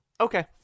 Okay